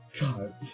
God